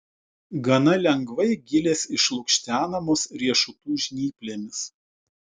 gana lengvai gilės išlukštenamos riešutų žnyplėmis